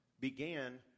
began